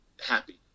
happy